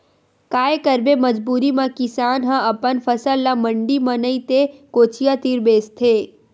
काये करबे मजबूरी म किसान ह अपन फसल ल मंडी म नइ ते कोचिया तीर बेचथे